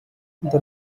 the